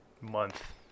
month